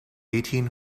eighteen